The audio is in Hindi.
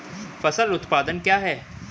फसल उत्पादन क्या है?